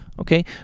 Okay